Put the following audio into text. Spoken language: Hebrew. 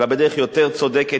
אלא בדרך יותר צודקת,